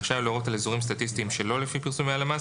רשאי הוא להורות על אזורים סטטיסטיים שלא לפי פרסומי הלמ"ס,